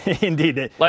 Indeed